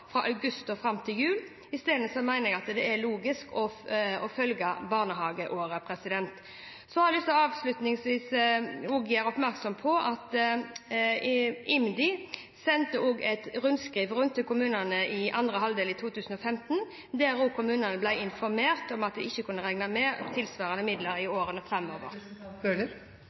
fra august og fram til jul. Isteden mener jeg at det er logisk å følge barnehageåret. Så vil jeg avslutningsvis også gjøre oppmerksom på at IMDi sendte et rundskriv rundt til kommunene for andre halvdel 2015 der kommunene ble informert om at de ikke kunne regne med tilsvarende midler i